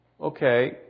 okay